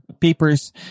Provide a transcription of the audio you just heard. papers